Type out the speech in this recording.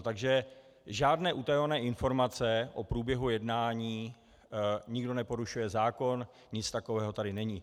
Takže žádné utajované informace o průběhu jednání nikdo neporušuje zákon, nic takového tady není.